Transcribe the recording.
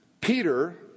Peter